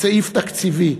כסעיף תקציבי,